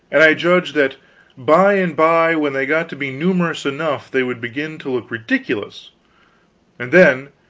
and i judged that by and by when they got to be numerous enough they would begin to look ridiculous and then,